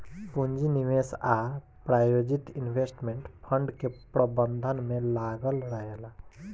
पूंजी निवेश आ प्रायोजित इन्वेस्टमेंट फंड के प्रबंधन में लागल रहेला